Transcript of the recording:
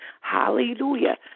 Hallelujah